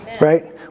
right